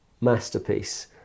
masterpiece